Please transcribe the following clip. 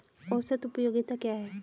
औसत उपयोगिता क्या है?